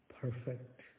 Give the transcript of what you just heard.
perfect